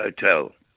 Hotel